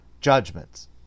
judgments